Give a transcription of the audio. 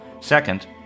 Second